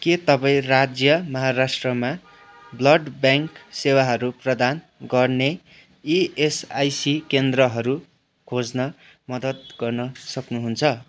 के तपाईँँ राज्य महाराष्ट्रमा ब्लड ब्याङ्क सेवाहरू प्रदान गर्ने इएसआइसी केन्द्रहरू खोज्न मदद गर्न सक्नुहुन्छ